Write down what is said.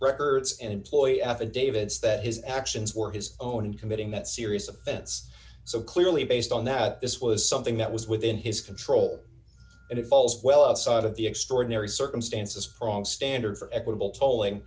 records and employee affidavits that his actions were his own in committing that serious offense so clearly based on that this was something that was within his control and it falls well outside of the extraordinary circumstances prong standard for equitable tolling